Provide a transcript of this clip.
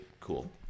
cool